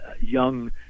young